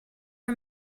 her